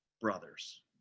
brothers